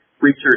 research